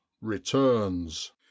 returns